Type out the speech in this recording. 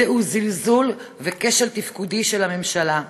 זלזול וכשל תפקודי של הממשלה.